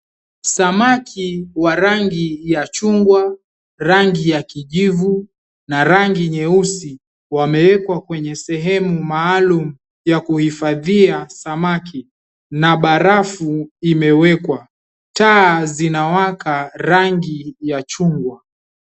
Samaki wa rangi ya chungwa, rangi ya kijivu na rangi nyeusi wamewekwa kwenye sehemu maalum ya kuhifadhia samaki na barafu zimewekwa. Taa inawaka ya rangi ya chungwa.